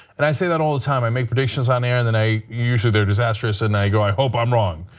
and i say that all the time. i make predictions on air and and usually their disastrous and i go i hope i am wrong.